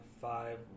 five